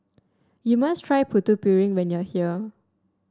you must try Putu Piring when you are here